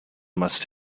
must